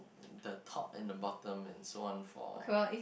the top and the bottom and so on for